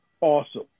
awesome